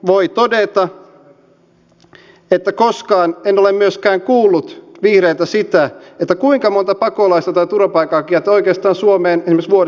voin todeta että koskaan en ole myöskään kuullut vihreiltä sitä kuinka monta pakolaista tai turvapaikanhakijaa oikeastaan suomeen esimerkiksi vuodessa haluatte